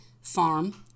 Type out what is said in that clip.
farm